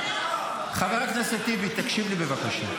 חבר הכנסת טיבי, עצור, בבקשה.